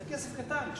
זה כסף קטן,